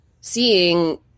seeing